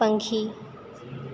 પંખી